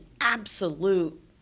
absolute